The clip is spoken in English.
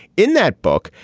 in that book,